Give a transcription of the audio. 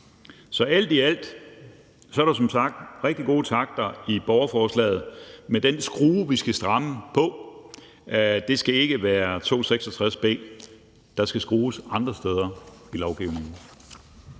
Så alt i alt er der som sagt rigtig gode takter i borgerforslaget. Men den skrue, vi skal stramme på, skal ikke være 266 b. Der skal skrues andre steder i lovgivningen.